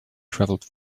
travelled